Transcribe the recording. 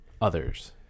others